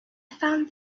found